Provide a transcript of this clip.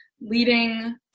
leading